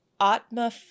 Atma